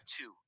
two